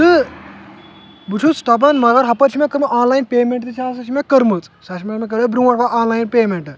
تہٕ بہٕ چھُس دَپان مگر ہَپٲرۍ چھِ مےٚ کٔرمٕژ آن لاین پیمَںٛٹ تہِ ہَسا چھِ مےٚ کٔرمٕژ سۄ چھِ مےٚ کٔرمٕژ برونٛٹھ پہن آن لاین پیمَنٛٹ